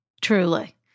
truly